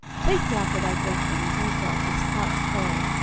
take now for thy brethren an ephah of this parched corn,